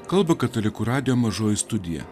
kalba katalikų radijo mažoji studija